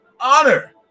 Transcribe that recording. honor